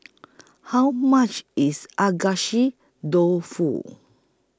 How much IS Dofu